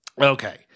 Okay